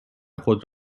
خود